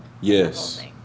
Yes